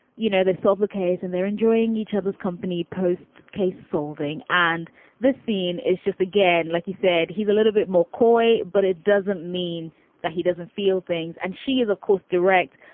you know, they solved the case and they're enjoying each other's company posts, case solving and the scene is just again, like you said, he's a little bit more coy. but it doesn't mean that he doesn't feel things. and she's, of course, direct,